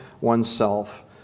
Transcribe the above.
oneself